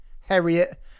Harriet